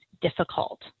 difficult